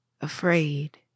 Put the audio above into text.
Afraid